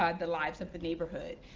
ah the lives of the neighborhood.